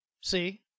See